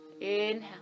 Inhale